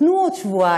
תנו עוד שבועיים,